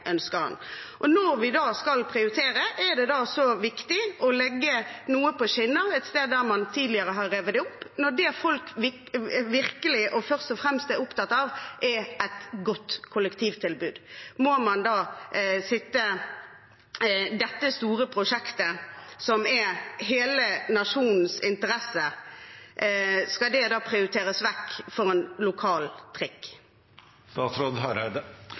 ønsker det. Når vi da skal prioritere, er det da så viktig å legge noe på skinner et sted der man tidligere har revet det opp, når det folk virkelig og først og fremst er opptatt av, er et godt kollektivtilbud? Skal da dette store prosjektet, som er i hele nasjonens interesse, prioriteres vekk til fordel for en lokal